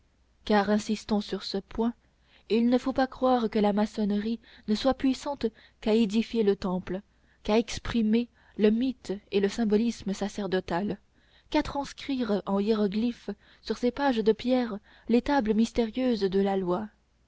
car insistons sur ce point il ne faut pas croire que la maçonnerie ne soit puissante qu'à édifier le temple qu'à exprimer le mythe et le symbolisme sacerdotal qu'à transcrire en hiéroglyphes sur ses pages de pierre les tables mystérieuses de la loi